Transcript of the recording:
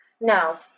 No